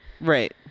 right